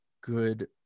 good